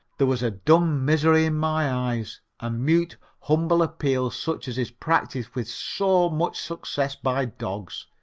there was a dumb misery in my eyes, a mute, humble appeal such as is practised with so much success by dogs.